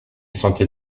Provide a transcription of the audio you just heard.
sentait